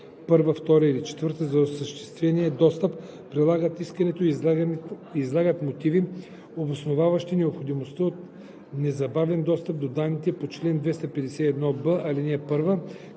ал. 1, 2 или 4 за осъществения достъп, прилагат искането и излагат мотиви, обосноваващи необходимостта от незабавен достъп до данните по чл. 251б, ал. 1,